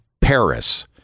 Paris